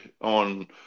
on